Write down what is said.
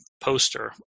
poster